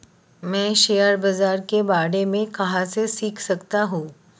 मैं शेयर बाज़ार के बारे में कहाँ से सीख सकता हूँ?